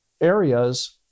areas